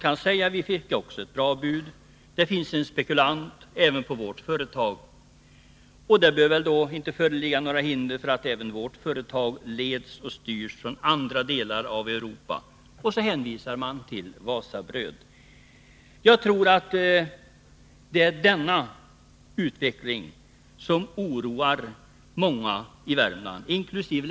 Andra företag kan också få bra bud och säga: Det finns en spekulant även på vårt företag. Det bör väl inte föreligga några hinder för att även vårt företag leds och styrs från andra delar av Europa? Jag tror att det är risken för en sådan utveckling som oroar många i Värmland, inkl.